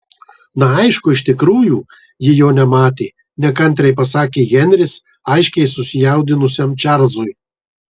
na aišku iš tikrųjų ji jo nematė nekantriai pasakė henris aiškiai susijaudinusiam čarlzui